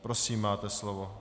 Prosím, máte slovo.